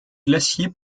glacier